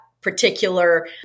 particular